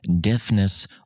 deafness